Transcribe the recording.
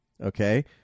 Okay